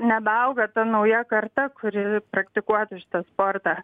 nebeauga ta nauja karta kuri praktikuotų šitą sportą